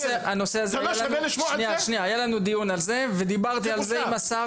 הנושא הזה יהיה לנו דיון על זה ודיברתי על זה עם השר.